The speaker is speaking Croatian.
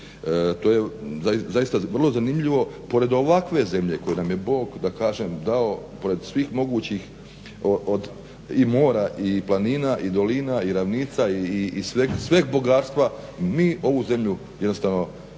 To je zaista vrlo zanimljivo pored ovakve zemlje koju nam je Bog dao pored svih mogući i mora i planina, i ravnica, i svega bogatstva, mi ovu zemlju jednostavno ne